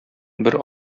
бер